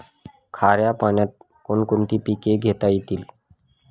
खाऱ्या पाण्यात कोण कोणती पिके घेता येतील?